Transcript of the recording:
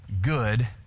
good